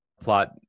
plot